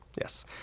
Yes